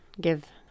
give